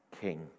king